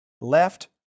Left